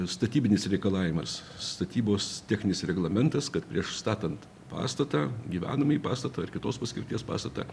statybinis reikalavimas statybos techninis reglamentas kad prieš statant pastatą gyvenamąjį pastatą ar kitos paskirties pastatą